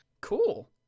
cool